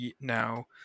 now